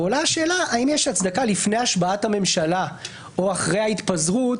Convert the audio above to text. ועולה השאלה האם יש הצדקה לפני השבעת הממשלה או אחרי ההתפזרות,